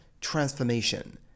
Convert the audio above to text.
transformation